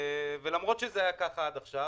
למרות שזה היה ככה עד עכשיו,